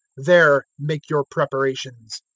there make your preparations.